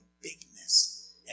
bigness